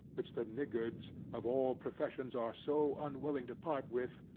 which the niggards of all professions are so unwilling to part with,